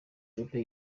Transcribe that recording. juppé